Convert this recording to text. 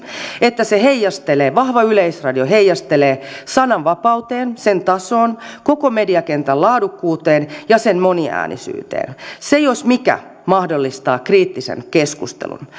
että vahva yleisradio heijastelee sananvapauteen sen tasoon koko mediakentän laadukkuuteen ja sen moniäänisyyteen se jos mikä mahdollistaa kriittisen keskustelun